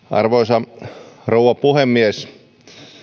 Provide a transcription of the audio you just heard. arvoisa rouva puhemies